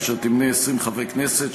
אשר תמנה 20 חברי כנסת,